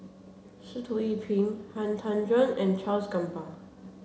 Sitoh Yih Pin Han Tan Juan and Charles Gamba